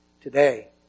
Today